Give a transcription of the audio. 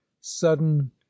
sudden